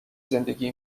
زندگی